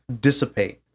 dissipate